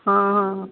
ಹಾಂ ಹಾಂ